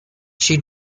she